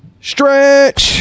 stretch